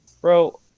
bro